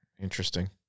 Interesting